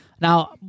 Now